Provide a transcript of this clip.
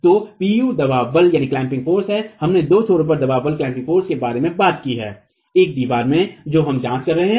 तो Pu दबाव बल है हमने दो छोरों पर दबाव बल के बारे में बात की एक दीवार में जो हम जांच कर रहे हैं